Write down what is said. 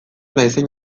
naizen